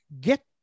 get